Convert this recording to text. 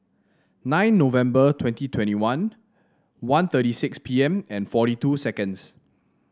nine November twenty twenty one one thirty six P M and forty two seconds